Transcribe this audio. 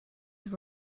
have